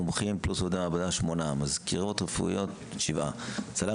מומחים פלוס עובדי מעבדה 8; מזכירות רפואיות 7; צלם